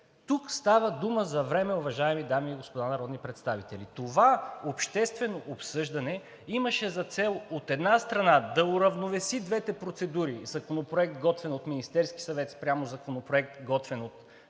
Тук става дума за време, уважаеми дами и господа народни представители. Това обществено обсъждане имаше за цел, от една страна, да уравновеси двете процедури – законопроект, готвен от Министерския съвет, спрямо законопроект, готвен от